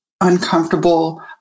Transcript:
uncomfortable